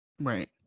right